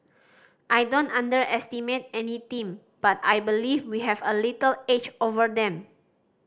I don't underestimate any team but I believe we have a little edge over them